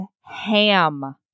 ham